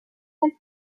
del